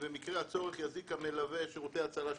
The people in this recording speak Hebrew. במקרה הצורך יזעיק המלווה שירותי הצלה.